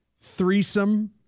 threesome